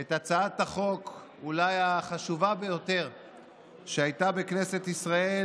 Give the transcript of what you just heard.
את הצעת החוק אולי החשובה ביותר שהייתה בכנסת ישראל